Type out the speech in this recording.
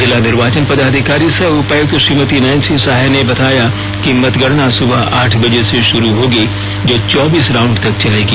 जिला निर्वाचन पदाधिकारी सह उपायुक्त श्रीमती नैंसी सहाय ने बताया कि मतगणना सुबह आठ बजे से शुरू होगी जो चौबीस राउंड तक चलेगी